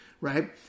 Right